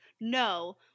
no